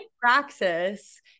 Praxis